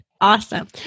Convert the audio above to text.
Awesome